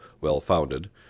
well-founded